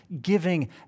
giving